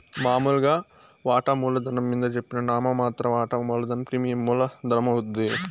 మామూలుగా వాటామూల ధనం మింద జెప్పిన నామ మాత్ర వాటా మూలధనం ప్రీమియం మూల ధనమవుద్ది